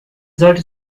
sollte